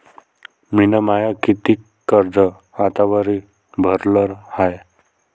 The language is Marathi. मिन माय कितीक कर्ज आतावरी भरलं हाय?